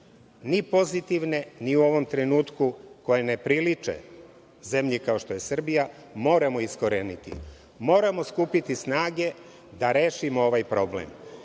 ni pozitivne ni u ovom trenutku koje ne priliče zemlji kao što je Srbija, moramo iskoreniti. Moramo skupiti snage da rešimo ovaj problem. Apelujem